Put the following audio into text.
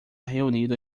reunido